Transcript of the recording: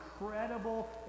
incredible